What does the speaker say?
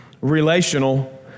relational